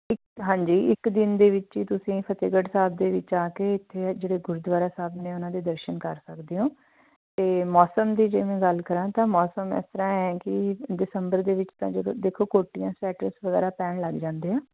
ਇ ਹਾਂਜੀ ਇੱਕ ਦਿਨ ਦੇ ਵਿੱਚ ਹੀ ਤੁਸੀਂ ਫਤਿਹਗੜ੍ਹ ਸਾਹਿਬ ਦੇ ਵਿੱਚ ਆ ਕੇ ਇੱਥੇ ਜਿਹੜੇ ਗੁਰਦੁਆਰਾ ਸਾਹਿਬ ਨੇ ਉਹਨਾਂ ਦੇ ਦਰਸ਼ਨ ਕਰ ਸਕਦੇ ਹੋ ਅਤੇ ਮੌਸਮ ਦੀ ਜੇ ਮੈਂ ਗੱਲ ਕਰਾਂ ਤਾਂ ਮੌਸਮ ਇਸ ਤਰ੍ਹਾਂ ਹੈ ਕਿ ਦਸੰਬਰ ਦੇ ਵਿੱਚ ਤਾਂ ਜਦੋਂ ਦੇਖੋ ਕੋਟੀਆਂ ਸਵੈਟਰਸ ਵਗੈਰਾ ਪੈਣ ਲੱਗ ਜਾਂਦੇ ਆ